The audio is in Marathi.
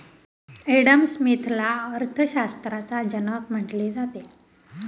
एडम स्मिथला अर्थशास्त्राचा जनक म्हटले जाते